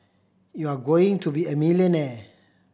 you're going to be a millionaire